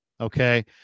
okay